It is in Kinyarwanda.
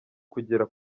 kugera